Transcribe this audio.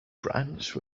branch